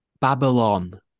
Babylon